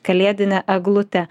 kalėdine eglute